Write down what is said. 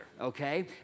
okay